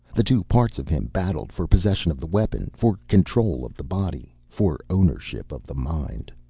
the two parts of him battled for possession of the weapon, for control of the body, for ownership of the mind.